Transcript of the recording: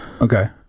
Okay